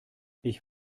ich